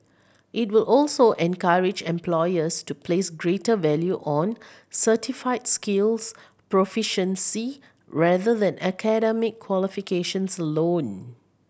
it will also encourage employers to place greater value on certified skills proficiency rather than academic qualifications alone